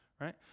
right